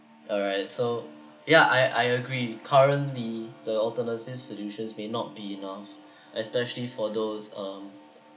alright so yeah I I agree currently the alternative solutions may not be enough especially for those um